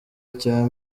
icya